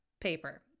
paper